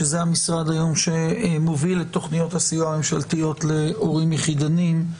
שזהו המשרד שהיום מוביל את תוכניות הסיוע הממשלתיות להורים יחידניים,